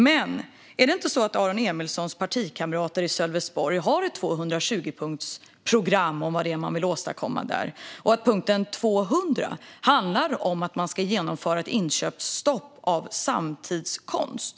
Men är det inte så att Aron Emilssons partikamrater i Sölvesborg har ett 220-punktsprogram för vad de vill åstadkomma där? Och är det inte så att punkt 200 handlar om att man ska genomföra ett inköpsstopp för samtidskonst?